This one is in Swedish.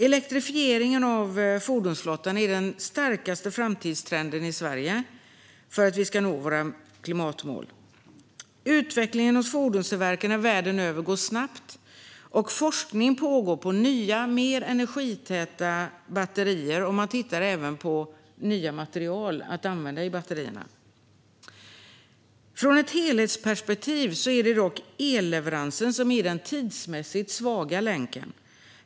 Elektrifiering av fordonsflottan är den starkaste framtidstrenden i Sverige för att vi ska kunna nå våra klimatmål. Utvecklingen hos fordonstillverkarna världen över går snabbt, och forskning pågår om nya, mer energitäta batterier. Man tittar även på nya material att använda i batterierna. Ur ett helhetsperspektiv är det dock elleveransen som är den tidsmässigt svaga länken.